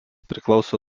priklauso